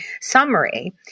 summary